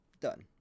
done